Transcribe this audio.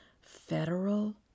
Federal